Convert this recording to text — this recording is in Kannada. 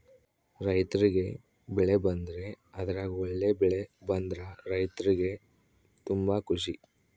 ರೈರ್ತಿಗೆ ಬೆಳೆ ಬಂದ್ರೆ ಅದ್ರಗ ಒಳ್ಳೆ ಬೆಳೆ ಬಂದ್ರ ರೈರ್ತಿಗೆ ತುಂಬಾ ಖುಷಿ